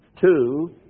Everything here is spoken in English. Two